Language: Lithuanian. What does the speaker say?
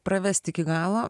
pravest iki galo